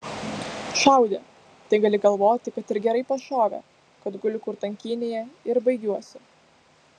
šaudė tai gali galvoti kad ir gerai pašovė kad guliu kur tankynėje ir baigiuosi